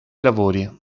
lavori